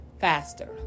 faster